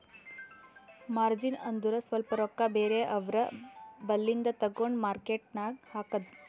margin ಅಂದುರ್ ಸ್ವಲ್ಪ ರೊಕ್ಕಾ ಬೇರೆ ಅವ್ರ ಬಲ್ಲಿಂದು ತಗೊಂಡ್ ಮಾರ್ಕೇಟ್ ನಾಗ್ ಹಾಕದ್